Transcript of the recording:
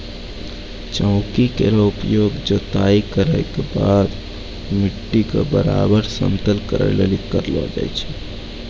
चौकी केरो उपयोग जोताई केरो बाद मिट्टी क बराबर समतल करै लेलि करलो जाय छै